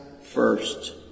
first